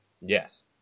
Yes